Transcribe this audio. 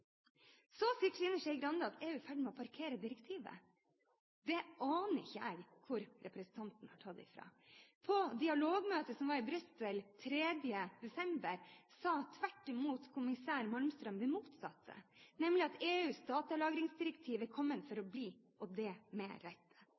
Så sier Trine Skei Grande at EU er i ferd med å parkere direktivet. Jeg aner ikke hvor representanten har tatt det fra. På dialogmøtet som var i Brussel 3. desember, sa tvert imot kommissær Malmström det motsatte, nemlig at EUs datalagringsdirektiv er kommet for å